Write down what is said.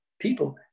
people